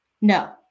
No